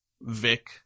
Vic